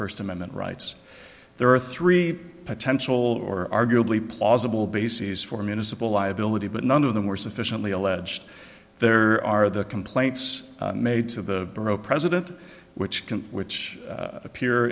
first amendment rights there are three potential or arguably plausible bases for municipal liability but none of them were sufficiently alleged there are the complaints made to the president which can which appear